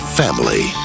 family